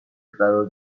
قرار